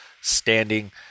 standing